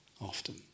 often